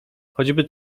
choćby